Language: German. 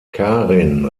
karin